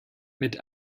mit